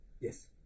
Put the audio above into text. yes